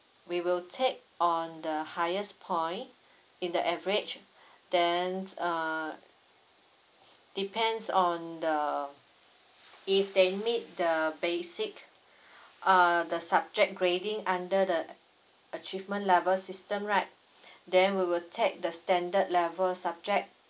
we will take on the highest point in the average then uh depends on the if they meet the basic uh the subject grading under the achievement level system right then we will take the standard level subject